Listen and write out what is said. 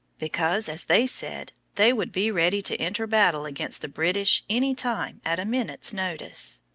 because, as they said, they would be ready to enter battle against the british any time at a minute's notice.